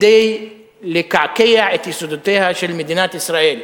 מיועד לקעקע את יסודותיה של מדינת ישראל.